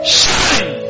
shine